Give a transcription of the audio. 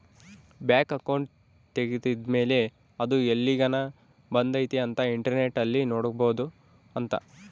bank account ತೆಗೆದ್ದ ಮೇಲೆ ಅದು ಎಲ್ಲಿಗನ ಬಂದೈತಿ ಅಂತ ಇಂಟರ್ನೆಟ್ ಅಲ್ಲಿ ನೋಡ್ಬೊದು ಅಂತ